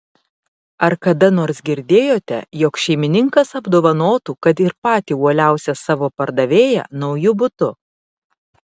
ar kada nors girdėjote jog šeimininkas apdovanotų kad ir patį uoliausią savo pardavėją nauju butu